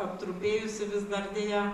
aptrupėjusį vis dar deja